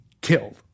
killed